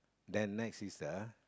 the next is the